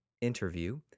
interview